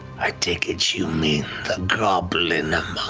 i take it you mean the goblin